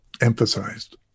emphasized